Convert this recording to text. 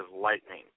lightning